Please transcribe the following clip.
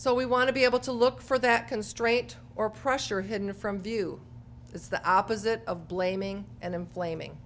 so we want to be able to look for that constraint or pressure hidden from view is the opposite of blaming and inflaming